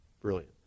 brilliant